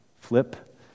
Flip